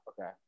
Okay